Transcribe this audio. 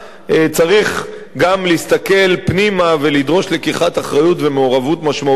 צריך גם להסתכל פנימה ולדרוש לקיחת אחריות ומעורבות משמעותית גם של